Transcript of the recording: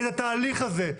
את התהליך הזה.